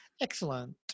excellent